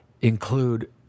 include